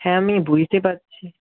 হ্যাঁ আমি বুঝতে পারছি